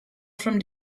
from